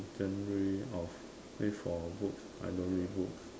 genre of eh for books I don't read books